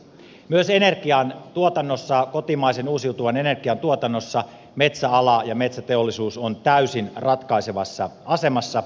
myös energian tuotannossa kotimaisen uusiutuvan energian tuotannossa metsäala ja metsäteollisuus on täysin ratkaisevassa asemassa